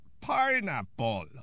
pineapple